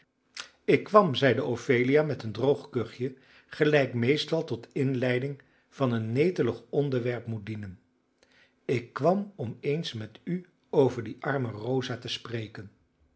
ik kwam zeide ophelia met een droog kuchje gelijk meestal tot inleiding van een netelig onderwerp moet dienen ik kwam om eens met u over die arme rosa te spreken